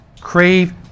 crave